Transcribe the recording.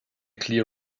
clear